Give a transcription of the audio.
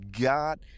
God